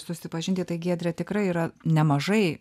susipažinti tai giedre tikrai yra nemažai